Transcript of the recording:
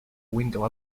window